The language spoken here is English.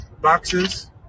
boxes